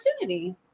opportunity